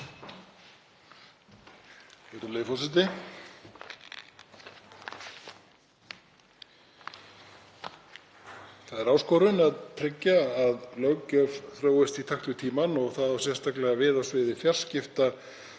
Það er áskorun að tryggja að löggjöf þróist í takt við tímann. Það á sérstaklega við á sviði fjarskipta